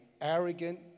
arrogant